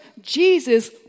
Jesus